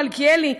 מלכיאלי,